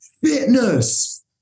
fitness